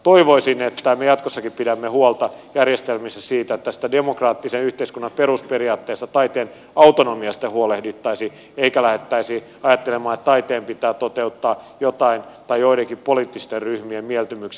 toivoisin että me jatkossakin pidämme huolta järjestelmissä siitä että tästä demokraattisen yhteiskunnan perusperiaatteesta taiteen autonomiasta huolehdittaisiin eikä lähdettäisi ajattelemaan että taiteen pitää toteuttaa joidenkin poliittisten ryhmien mieltymyksiä